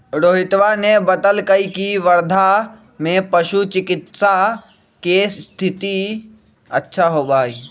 रोहितवा ने बतल कई की वर्धा में पशु चिकित्सा के स्थिति अच्छा होबा हई